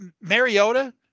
Mariota